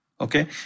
okay